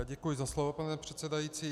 Děkuji za slovo, pane předsedající.